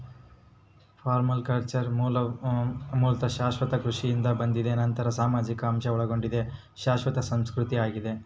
permaculture ಮೂಲತಃ ಶಾಶ್ವತ ಕೃಷಿಯಿಂದ ಬಂದಿದೆ ನಂತರ ಸಾಮಾಜಿಕ ಅಂಶ ಒಳಗೊಂಡ ಶಾಶ್ವತ ಸಂಸ್ಕೃತಿ ಆಗಿದೆ